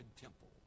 temple